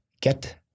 get